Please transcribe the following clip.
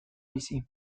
bizi